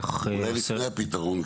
כך --- אולי לפני הפתרון,